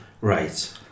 Right